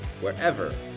wherever